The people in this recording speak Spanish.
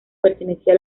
pertenecía